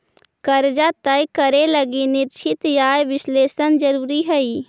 कर्जा तय करे लगी निश्चित आय विश्लेषण जरुरी हई